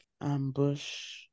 Ambush